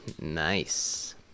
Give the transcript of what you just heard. nice